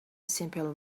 simple